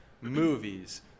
movies